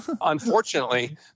unfortunately